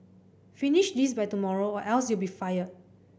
finish this by tomorrow or else you'll be fired